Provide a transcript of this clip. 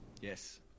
Yes